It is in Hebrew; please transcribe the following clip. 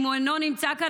אם הוא אינו נמצא כאן,